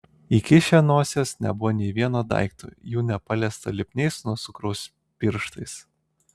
įkišę nosies nebuvo nė vieno daikto jų nepaliesto lipniais nuo cukraus pirštais